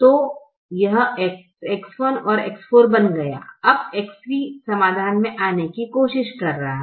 तो यह X1 और X4 बन गया अब X3 समाधान में आने की कोशिश कर रहा है